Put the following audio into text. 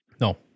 No